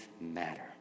matter